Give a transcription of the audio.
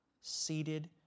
seated